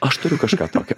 aš turiu kažką tokio